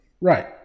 right